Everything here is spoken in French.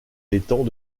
l’étang